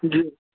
जी